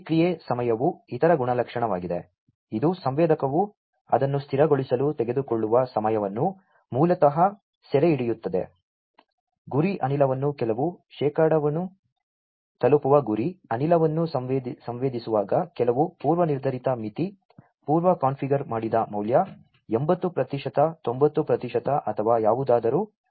ಪ್ರತಿಕ್ರಿಯೆ ಸಮಯವು ಇತರ ಲಕ್ಷಣವಾಗಿದೆ ಇದು ಸಂವೇದಕವು ಅದನ್ನು ಸ್ಥಿರಗೊಳಿಸಲು ತೆಗೆದುಕೊಳ್ಳುವ ಸಮಯವನ್ನು ಮೂಲತಃ ಸೆರೆಹಿಡಿಯುತ್ತದೆ ಗುರಿ ಅನಿಲವನ್ನು ಕೆಲವು ಶೇಕಡಾವನ್ನು ತಲುಪಲು ಗುರಿ ಅನಿಲವನ್ನು ಸಂವೇದಿಸುವಾಗ ಕೆಲವು ಪೂರ್ವನಿರ್ಧರಿತ ಮಿತಿ ಪೂರ್ವ ಕಾನ್ಫಿಗರ್ ಮಾಡಿದ ಮೌಲ್ಯ 80 ಪ್ರತಿಶತ 90 ಪ್ರತಿಶತ ಅಥವಾ ಯಾವುದಾದರೂ